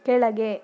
ಕೆಳಗೆ